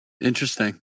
Interesting